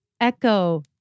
Echo